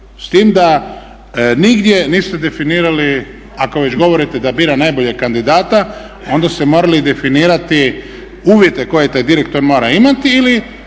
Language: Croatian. S time da nigdje niste definirali ako već govorite da bira najboljeg kandidata onda ste morali definirati uvjete koje taj direktor mora imati ili